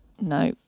no